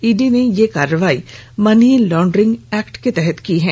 ED ने यह कार्रवाई मनी लॉड्रिंग एक्ट में की है